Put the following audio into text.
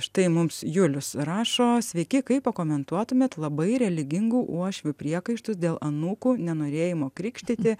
štai mums julius rašo sveiki kaip pakomentuotumėt labai religingų uošvių priekaištus dėl anūkų nenorėjimo krikštyti